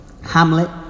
Hamlet